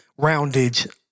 roundage